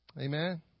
Amen